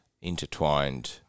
intertwined